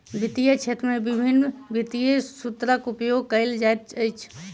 वित्तीय क्षेत्र में विभिन्न वित्तीय सूत्रक उपयोग कयल जाइत अछि